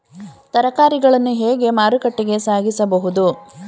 ತರಕಾರಿಗಳನ್ನು ಹೇಗೆ ಮಾರುಕಟ್ಟೆಗೆ ಸಾಗಿಸಬಹುದು?